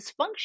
dysfunction